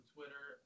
Twitter